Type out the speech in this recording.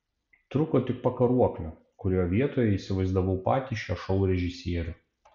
trūko tik pakaruoklio kurio vietoje įsivaizdavau patį šio šou režisierių